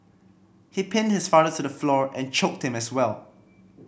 he pinned his father to the floor and choked him as well